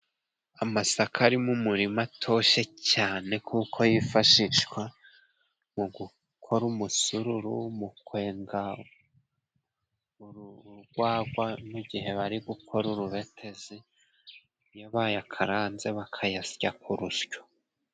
Amasaka ari mu murima atoshye cyane kuko yifashishwa mu gukora umusururu mu kwenga urwagwa n'igihe bari gukora urubetezi iyo bayakaranze bakayasya ku rusyo.